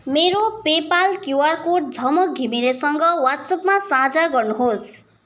मेरो PayPal QR code Jhamak घिमिरेसँग वाट्सएपमा साझा गर्नुहोस्